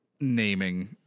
naming